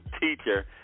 teacher